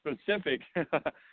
specific